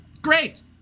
Great